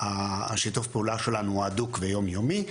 ושיתוף הפעולה שלנו הוא הדוק ויום-יומי,